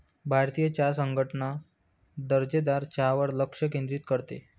भारतीय चहा संघटना दर्जेदार चहावर लक्ष केंद्रित करते